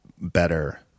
better